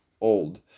old